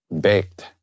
baked